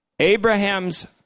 Abraham's